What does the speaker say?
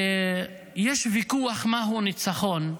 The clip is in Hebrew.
יש ויכוח, מהו ניצחון?